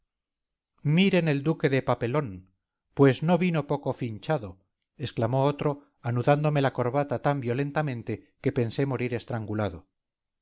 miren el duque de papelón pues no vinopoco finchado exclamó otro anudándome la corbata tan violentamente que pensé morir estrangulado